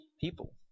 people